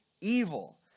evil